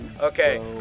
okay